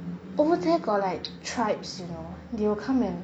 over there got tribes you know they will come and